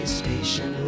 station